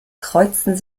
kreuzten